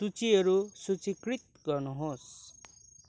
सूचीहरू सूचीकृत गर्नुहोस्